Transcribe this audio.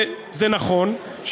וזה נכון,